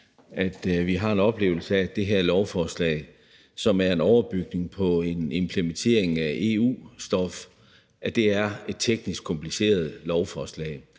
at vi har en oplevelse af, at det her lovforslag, som er en overbygning på en implementering af EU-stof, er et teknisk kompliceret lovforslag.